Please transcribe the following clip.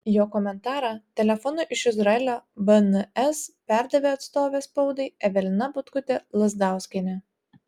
jo komentarą telefonu iš izraelio bns perdavė atstovė spaudai evelina butkutė lazdauskienė